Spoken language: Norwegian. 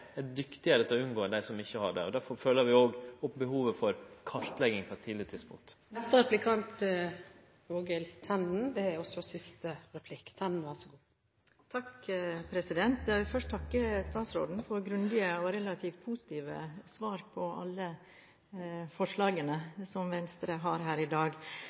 er dyktigare til å unngå dette enn dei som ikkje har det. Derfor følgjer vi òg opp behovet for kartlegging på eit tidleg tidspunkt. Jeg vil først takke statsråden for grundige og relativt positive svar på alle forslagene som Venstre har her i dag.